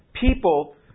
people